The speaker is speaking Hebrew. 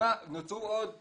נוצרו עוד תקנות.